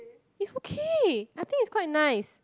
it's okay I think it's quite nice